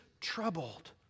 troubled